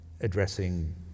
addressing